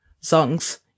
songs